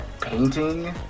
painting